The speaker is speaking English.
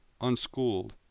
unschooled